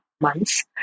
months